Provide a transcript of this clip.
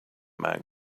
man